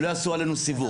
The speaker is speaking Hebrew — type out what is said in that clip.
שלא יעשו עלינו סיבוב.